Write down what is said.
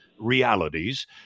realities